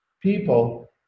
people